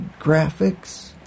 graphics